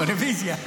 רוויזיה.